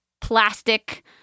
plastic